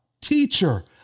teacher